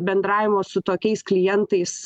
bendravimo su tokiais klientais